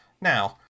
Now